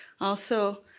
also,